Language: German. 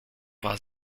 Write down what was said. war